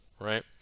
right